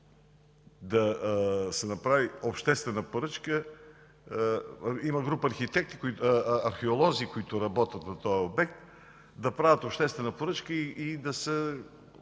да се направи обществена поръчка. Има група археолози, които работят на този обект. Да правят обществена поръчка и